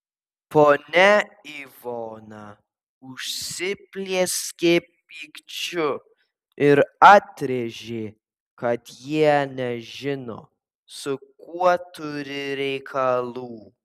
ponia ivona užsiplieskė pykčiu ir atrėžė kad jie nežino su kuo turi reikalų